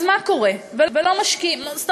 ולא משקיעים, מה קורה?